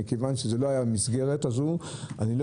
מכיוון שזאת לא הייתה המסגרת הזאת אני לא